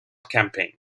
campaign